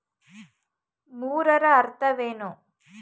ಮೂರರ ಅರ್ಥವೇನು?